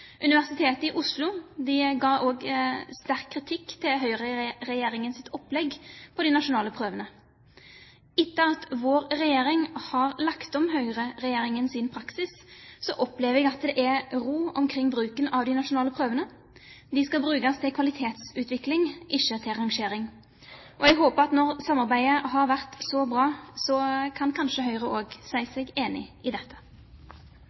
Etter at vår regjering har lagt om høyreregjeringens praksis, opplever jeg at det er ro omkring bruken av de nasjonale prøvene. De skal brukes til kvalitetsutvikling, ikke til rangering. Jeg håper at når samarbeidet har vært så bra, kan kanskje Høyre også si seg enig i dette.